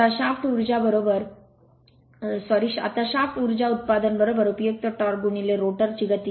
आता शाफ्ट उर्जा उत्पादन उपयुक्त टॉर्क रोटर गती